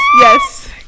yes